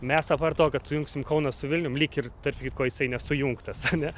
mes apart to kad sujungsim kauną su vilnium lyg ir tarp kitko jisai nesujungtas ane